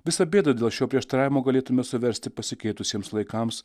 visą bėdą dėl šio prieštaravimo galėtume suversti pasikeitusiems laikams